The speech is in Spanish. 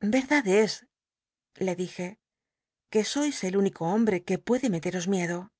verdad es le dije que sois el único hombre que puede meteros miedo